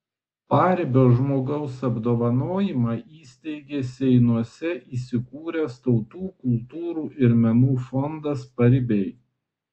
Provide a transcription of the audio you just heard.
paribio žmogaus apdovanojimą įsteigė seinuose įsikūręs tautų kultūrų ir menų fondas paribiai